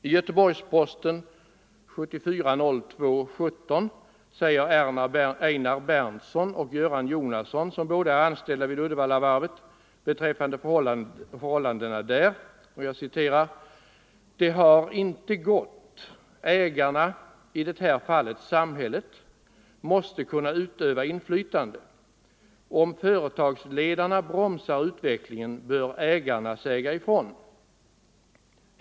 I Göteborgs-Posten för den 17 februari 1974 säger Einar Berndtsson och Göran Jonasson, som båda är anställda vid Uddevallavarvet, beträffande förhållandena där: ”Det har inte gått. Ägarna — i det här fallet samhället — måste kunna utöva inflytande. Om företagsledarna bromsar utvecklingen bör ägarna säga ifrån.